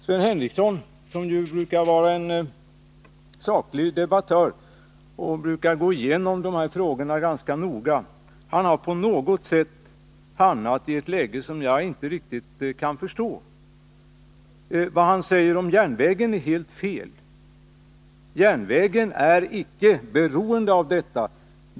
Sven Henricsson, som brukar vara en saklig debattör och gå igenom frågorna ganska noga, har på något sätt hamnat i ett läge som jag inte riktigt kan förstå. Vad han säger om järnvägen är helt felaktigt. Järnvägen är icke beroende av detta.